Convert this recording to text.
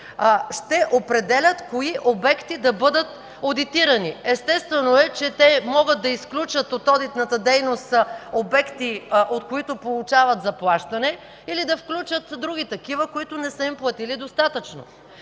ще определят кои обекти да бъдат одитирани. Естествено е, че те могат да изключат от одитната дейност обекти, от които получават заплащане или да включат други такива, които не са им платили достатъчно.